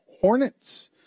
hornets